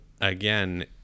again